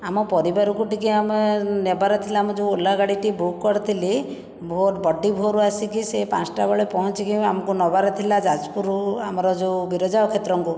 ଆମ ପରିବାରକୁ ଟିକିଏ ଆମେ ନେବାର ଥିଲା ଆମ ଯେଉଁ ଓଲା ଗାଡ଼ିଟି ବୁକ୍ କରିଥିଲି ଭୋର ବଡ଼ିଭୋରରୁ ଆସିକି ସେ ପାଞ୍ଚଟା ବେଳେ ପହଁଞ୍ଚିକି ଆମକୁ ନେବାର ଥିଲା ଯାଜପୁରୁ ଆମର ଯେଉଁ ବିରଜାକ୍ଷେତ୍ରଙ୍କୁ